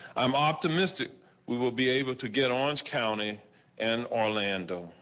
i'm optimistic we will be able to get on county and orlando.